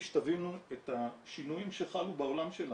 שתבינו את השינויים שחלו בעולם שלנו,